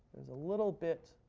there's a little bit